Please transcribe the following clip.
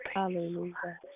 Hallelujah